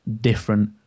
different